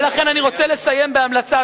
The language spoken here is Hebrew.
לכן אני רוצה לסיים בהמלצה,